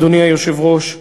אדוני היושב-ראש,